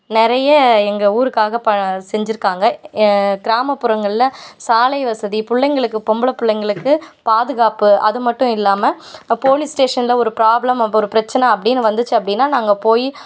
நிறைய எங்கள் ஊருக்காக பல செஞ்சுருக்காங்க ஏ கிராமப்புறங்களில் சாலை வசதி பிள்ளைங்களுக்கு பொம்பள பிள்ளைங்களுக்கு பாதுகாப்பு அது மட்டும் இல்லாமல் போலீஸ் ஸ்டேஷனில் ஒரு ப்ராப்ளம் அப்போ ஒரு பிரச்சனை அப்படின்னு வந்துச்சு அப்படின்னா நாங்கள் போகி